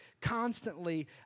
constantly